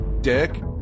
Dick